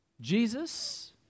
Jesus